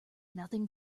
nothing